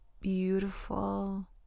beautiful